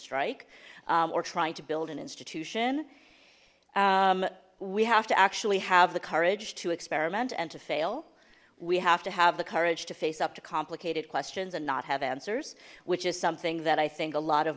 strike or trying to build an institution we have to actually have the courage to experiment and to fail we have to have the courage to face up to complicated questions and not have answers which is something that i think a lot of